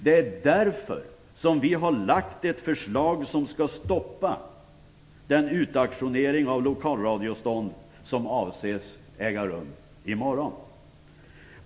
Det är därför vi har lagt fram ett förslag som skall stoppa den utauktionering av lokalradiotillstånd som avses äga rum i morgon.